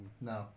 No